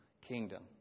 kingdom